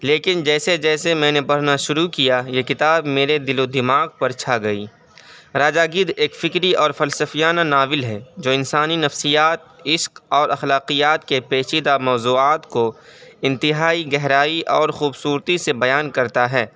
لیکن جیسے جیسے میں نے پڑھنا شروع کیا یہ کتاب میرے دل و دماغ پر چھا گئی راجا گدھ ایک فکری اور فلسفیانہ ناول ہے جو انسانی نفسیات عشق اور اخلاقیات کے پیچیدہ موضوعات کو انتہائی گہرائی اور خوبصورتی سے بیان کرتا ہے